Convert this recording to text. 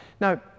Now